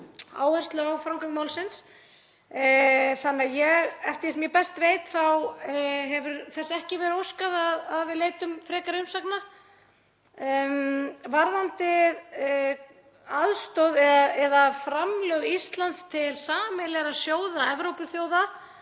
áherslu á framgang málsins í þinginu. Eftir því sem ég best veit þá hefur þess ekki verið óskað að við leitum frekari umsagna. Varðandi aðstoð eða framlög Íslands til sameiginlegra sjóða Evrópuþjóða,